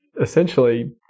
essentially